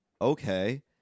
Okay